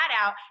out